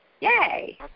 Yay